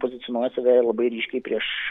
pozicionuoja save labai ryškiai prieš